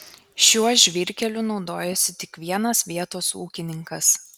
šiuo žvyrkeliu naudojasi tik vienas vietos ūkininkas